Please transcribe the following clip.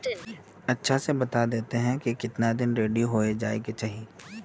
अच्छा से बता देतहिन की कीतना दिन रेडी होबे जाय के चही?